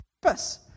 purpose